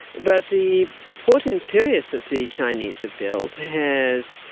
but the port in piraeus that the chinese have built has,